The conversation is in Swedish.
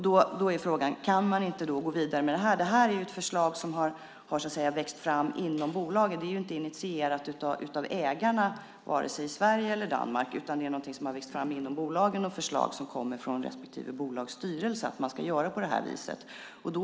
Då är frågan: Kan man inte gå vidare? Förslaget har så att säga växt fram inom bolagen. Det är inte initierat av ägarna vare sig i Sverige eller i Danmark. Förslaget att göra på detta sätt kommer från respektive bolags styrelser.